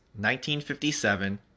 1957